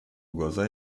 глаза